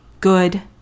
good